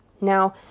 now